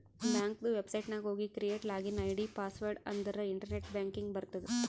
ಬ್ಯಾಂಕದು ವೆಬ್ಸೈಟ್ ನಾಗ್ ಹೋಗಿ ಕ್ರಿಯೇಟ್ ಲಾಗಿನ್ ಐ.ಡಿ, ಪಾಸ್ವರ್ಡ್ ಅಂದುರ್ ಇಂಟರ್ನೆಟ್ ಬ್ಯಾಂಕಿಂಗ್ ಬರ್ತುದ್